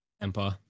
Empire